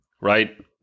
right